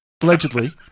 allegedly